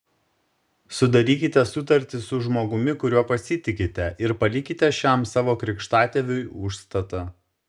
sudarykite sutartį su žmogumi kuriuo pasitikite ir palikite šiam savo krikštatėviui užstatą